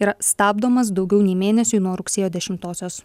yra stabdomas daugiau nei mėnesiui nuo rugsėjo dešimtosios